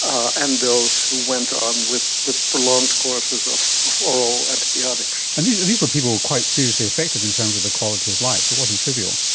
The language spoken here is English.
um and those who went on with with prolonged courses of oral antibiotics. and these these were people quite seriously affected in terms of their quality of life, it wasn't trivial.